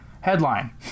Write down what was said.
Headline